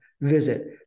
visit